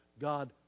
God